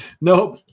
Nope